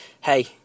Hey